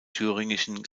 thüringischen